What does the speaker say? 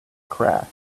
crash